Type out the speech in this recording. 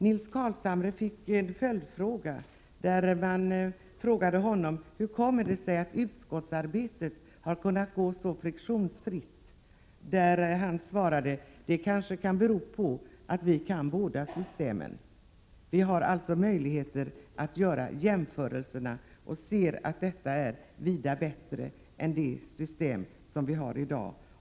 Nils Carlshamre fick en följdfråga om hur det kunde komma sig att utskottsarbetet hade kunnat gå så friktionsfritt. Han svarade att det kanske berodde på att vi kan båda systemen. Vi har alltså möjligheter att göra jämförelser och kan se att detta förslag till efterlevandepension är vida bättre än det system som vi har i dag.